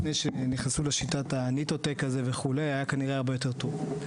לפני שנכנסו לשיטת ה"ניטו טק" הזה וכו' היה כנראה הרבה יותר טוב.